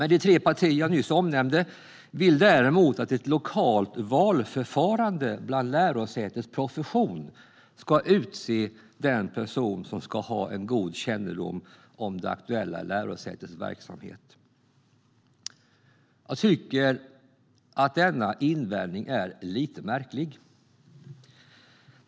De tre partier jag nyss nämnde vill däremot att ett lokalt valförfarande bland lärosätets profession ska utse den person som ska ha en god kännedom om det aktuella lärosätets verksamhet. Jag tycker att denna invändning är lite märklig.